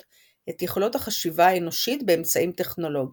את יכולות החשיבה האנושית באמצעים טכנולוגיים.